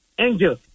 Angel